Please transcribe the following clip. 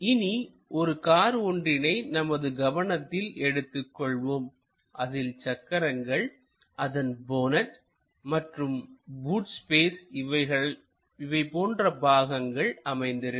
இனி ஒரு கார் ஒன்றினை நமது கவனத்தில் எடுத்துக்கொள்வோம் அதில் சக்கரங்கள் அதன் போனட் மற்றும் பூட் ஸ்பேஸ் இவை போன்ற பாகங்கள் அமைந்திருக்கும்